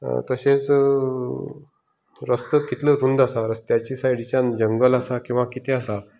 तशेंच रस्तो कितलो रुंद आसा रस्त्याचे सायडीच्यान जंगल आसा किंवा कितें आसा